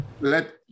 let